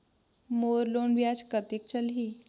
मोर loan ब्याज कतेक चलही?